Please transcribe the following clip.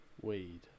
Weed